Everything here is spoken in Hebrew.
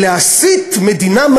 ולהסית מדינה,